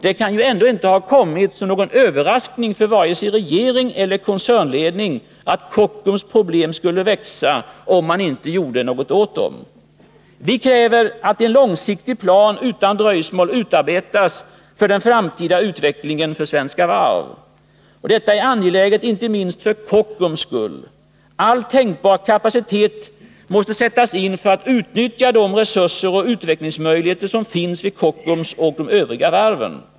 Det kan ju inte ha kommit som någon överraskning för vare sig regeringen eller koncernledningen att Kockums problem skulle växa om man inte gjorde något åt dem. Vi kräver att en långsiktig plan utan dröjsmål utarbetas för den framtida utvecklingen av Svenska Varv. Detta är angeläget inte minst för Kockums skull. All tänkbar kapacitet måste sättas in för att utnyttja de resurser och utvecklingsmöjligheter som finns vid Kockums och de övriga varven.